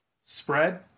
spread